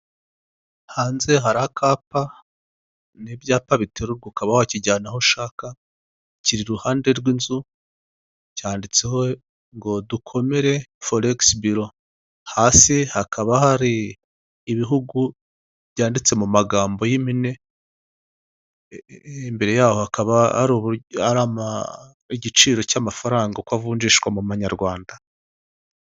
Inzu ikoreramo ubucuruzi icyuma gitunganya amata, intebe ya pulasitiki ameza etageri ndende irimo abajerekani y'umweru arambitse, ikarito n'amacupa y'amazi inkongoro hejuru.